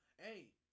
hey